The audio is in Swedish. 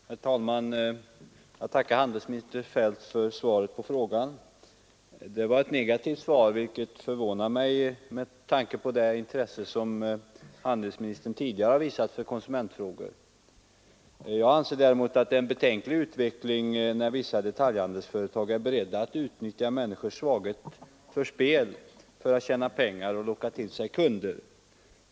Herr talman! Jag tackar handelsminister Feldt för svaret på frågan. Det var ett negativt svar, vilket förvånar mig med tanke på det intresse som handelsministern tidigare har visat för konsumentfrågor. Jag anser att det är en betänklig utveckling när vissa detaljhandelsföretag är beredda att utnyttja människors svaghet för spel för att tjäna pengar och locka till sig kunder.